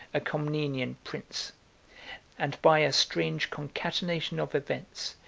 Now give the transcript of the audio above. a comnenian prince and by a strange concatenation of events,